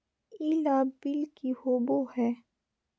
ई लाभ बिल की होबो हैं?